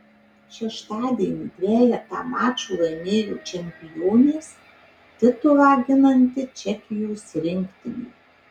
šeštadienį dvejetų mačą laimėjo čempionės titulą ginanti čekijos rinktinė